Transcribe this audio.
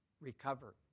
recover